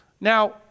Now